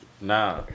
Nah